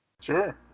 Sure